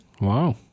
Wow